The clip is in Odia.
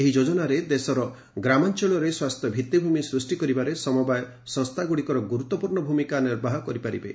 ଏହି ଯୋଜନାରେ ଦେଶର ଗ୍ରାମାଞ୍ଚଳରେ ସ୍ୱାସ୍ଥ୍ୟ ଭିଭିଭୂମି ସୃଷ୍ଟି କରିବାରେ ସମବାୟ ସଂସ୍ଥାଗୁଡିକ ଗୁରୁଦ୍ୱପୂର୍ଣ୍ଣ ଭୂମିକା ନିର୍ବାହ କରିପାରିବେ